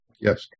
yes